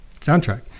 soundtrack